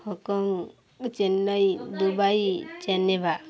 Hong Kong Chennai Dubai Geneva